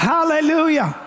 Hallelujah